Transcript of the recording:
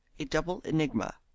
a double enigma.